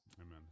Amen